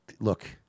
look